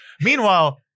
Meanwhile